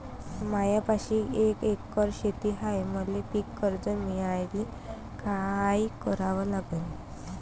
मायापाशी एक एकर शेत हाये, मले पीककर्ज मिळायले काय करावं लागन?